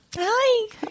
Hi